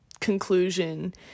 conclusion